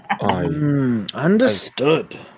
understood